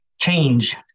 change